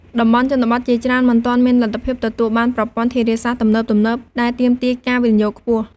តំបន់ជនបទជាច្រើនមិនទាន់មានលទ្ធភាពទទួលបានប្រព័ន្ធធារាសាស្ត្រទំនើបៗ ដែលទាមទារការវិនិយោគខ្ពស់។